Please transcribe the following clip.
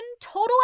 total